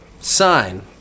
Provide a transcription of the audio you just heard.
sign